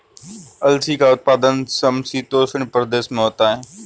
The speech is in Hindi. अलसी का उत्पादन समशीतोष्ण प्रदेश में होता है